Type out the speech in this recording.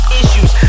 issues